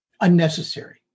unnecessary